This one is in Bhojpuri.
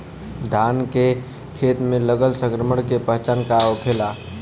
धान के खेत मे लगल संक्रमण के पहचान का होखेला?